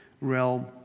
realm